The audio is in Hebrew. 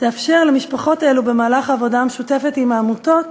תאפשר למשפחות אלו במהלך העבודה המשותפת עם העמותות